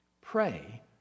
Pray